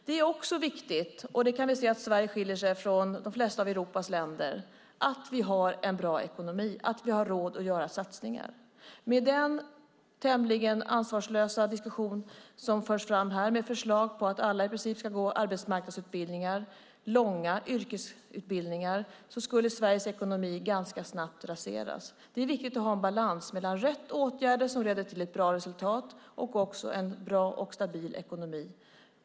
Det är viktigt - vi kan se att Sverige skiljer sig från de flesta av Europas länder - att vi har en bra ekonomi, att vi har råd att göra satsningar. Med den tämligen ansvarslösa diskussion som förs fram här, med förslag på att i princip alla ska gå arbetsmarknadsutbildningar, långa yrkesutbildningar, skulle Sveriges ekonomi ganska snabbt raseras. Det är viktigt att ha en balans mellan rätt åtgärder som leder till ett bra resultat och en bra och stabil ekonomi.